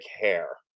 hair